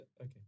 Okay